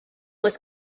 was